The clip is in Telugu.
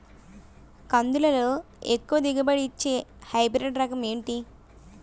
కందుల లో ఎక్కువ దిగుబడి ని ఇచ్చే హైబ్రిడ్ రకం ఏంటి?